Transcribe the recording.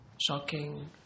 shocking